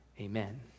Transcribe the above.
amen